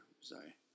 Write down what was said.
sorry